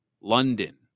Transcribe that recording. London